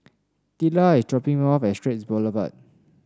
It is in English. Teela is dropping me off at Straits Boulevard